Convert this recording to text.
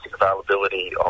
availability